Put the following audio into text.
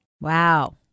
Wow